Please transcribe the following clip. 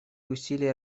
усилий